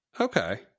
Okay